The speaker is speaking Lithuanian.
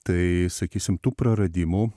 tai sakysim tų praradimų